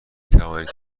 توانید